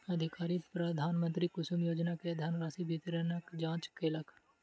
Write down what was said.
अधिकारी प्रधानमंत्री कुसुम योजना के धनराशि वितरणक जांच केलक